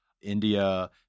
India